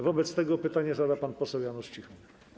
Wobec tego pytanie zada pan poseł Janusz Cichoń.